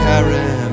Carry